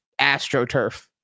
AstroTurf